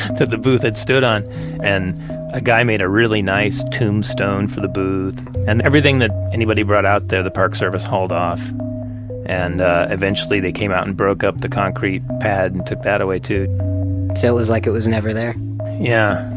that the booth had stood on and a guy made a really nice tombstone for the booth and everything that anybody brought out there, the park service hauled off and eventually they came out and broke up the concrete pad and took that away too so it was like, it was never there yeah.